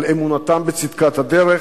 על אמונתם בצדקת הדרך,